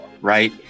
right